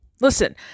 Listen